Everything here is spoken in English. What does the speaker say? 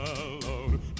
alone